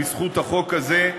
בזכות החוק הזה,